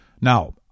Now